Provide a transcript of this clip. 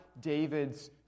David's